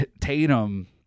Tatum